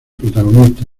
protagonista